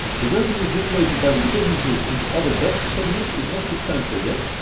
the revenue generated by the the businesses in the other bets segment is not substantial yet,